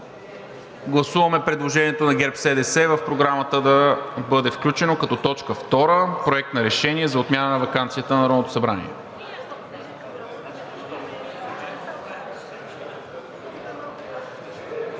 Гласуваме предложението на ГЕРБ-СДС в Програмата да бъде включено като точка втора Проект на решение за отмяна на ваканцията на Народното събрание.